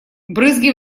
брызги